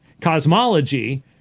cosmology